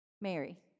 Mary